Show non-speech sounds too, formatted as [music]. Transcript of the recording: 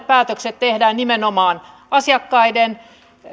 [unintelligible] päätökset tehdään nimenomaan asiakkaiden